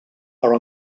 are